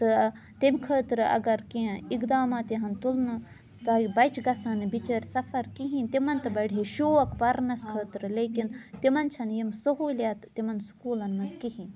تہٕ تمہِ خٲطرٕ اگر کینٛہہ اِقداماتَن تُلنہٕ تاکہِ بَچہِ گژھان نہٕ بِچٲرۍ سَفَر کِہیٖنۍ تِمَن تہِ بَڑِ ہے شوق پَرنَس خٲطرٕ لیکِن تِمَن چھَنہٕ یِم سہوٗلیت تِمَن سکوٗلَن منٛز کِہیٖنۍ